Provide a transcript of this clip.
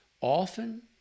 often